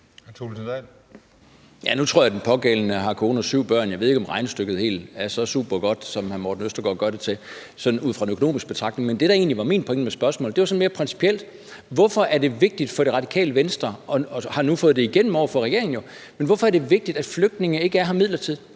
Dahl (DF): Nu tror jeg, at den pågældende har kone og syv børn, så jeg ved ikke, om regnestykket er helt så supergodt, som hr. Morten Østergaard gør det til sådan ud fra en økonomisk betragtning. Men det, der egentlig var min pointe med spørgsmålet, var sådan mere principielt: Hvorfor er det vigtigt for Det Radikale Venstre – og man har jo nu fået det igennem over for regeringen – at flygtninge ikke er her midlertidigt?